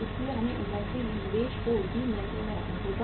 इसलिए हमें इन्वेंट्री में निवेश को भी नियंत्रण में रखना होगा